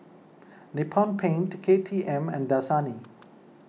Nippon Paint K T M and Dasani